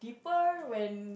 deeper when